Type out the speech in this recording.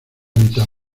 mitad